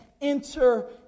enter